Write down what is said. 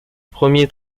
premiers